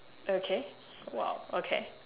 okay !wow! okay